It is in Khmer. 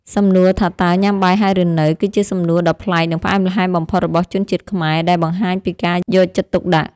សំណួរថាតើញ៉ាំបាយហើយឬនៅគឺជាសំណួរដ៏ប្លែកនិងផ្អែមល្ហែមបំផុតរបស់ជនជាតិខ្មែរដែលបង្ហាញពីការយកចិត្តទុកដាក់។